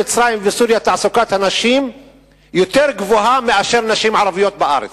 מצרים וסוריה תעסוקת הנשים יותר גבוהה מאשר בארץ.